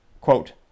quote